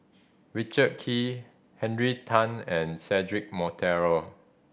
Richard Kee Henry Tan and Cedric Monteiro